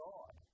God